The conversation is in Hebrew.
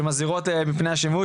שמזהירות מפני השימוש,